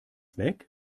weg